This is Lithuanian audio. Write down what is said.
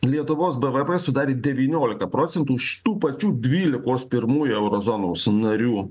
lietuvos bvp sudarė devyniolika procentų iš tų pačių dvylikos pirmųjų euro zonos narių